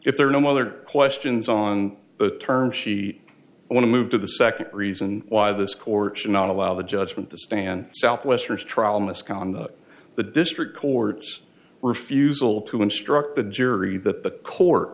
if there are no other questions on the term she want to move to the second reason why this court should not allow the judgment to stand southwestern trial misconduct the district court's refusal to instruct the jury that the court